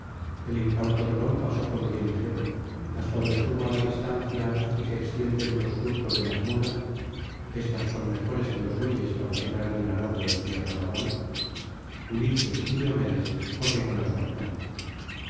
el incauto dolón pasó con pie ligero mas cuando estuvo á la distancia á que se extienden los surcos de las muías éstas son mejores que los bueyes para tirar de un arado en tierra noval ulises y diomedes corrieron á su alcance